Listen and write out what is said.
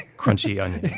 crunchy onion.